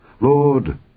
Lord